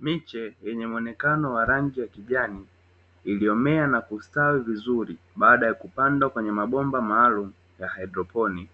Miche yenye muonekano wa rangi ya kijani iliyomea na kustawi vizuri baada ya kupandwa kwenye mabomba maalumu ya haidroponi,